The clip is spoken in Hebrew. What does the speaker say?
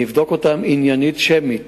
אני אבדוק אותם עניינית, שמית,